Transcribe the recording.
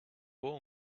all